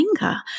anger